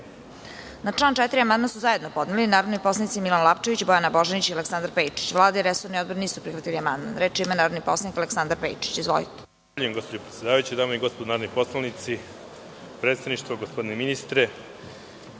član 4. amandman su zajedno podneli narodni poslanici Milan Lapčević, Bojana Božanić i Aleksandar Pejčić. Vlada i resorni odbor nisu prihvatili amandman. Reč ima narodni poslanik Aleksandar Pejčić. Izvolite.